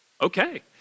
Okay